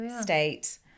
state